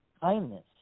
kindness